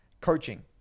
coaching